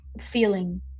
feeling